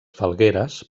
falgueres